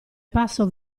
passo